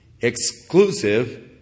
exclusive